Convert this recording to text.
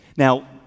Now